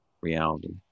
reality